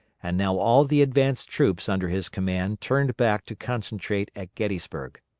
and now all the advanced troops under his command turned back to concentrate at gettysburg.